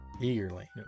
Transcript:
Eagerly